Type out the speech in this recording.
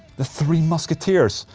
the three musketeers,